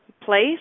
place